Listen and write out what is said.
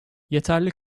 yeterli